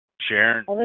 Sharon